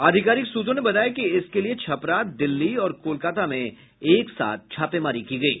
आधिकारिक सूत्रों ने बताया कि इसके लिए छपरा दिल्ली और कोलकाता में एक साथ छापेमारी की गयी